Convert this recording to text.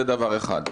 זה דבר אחד.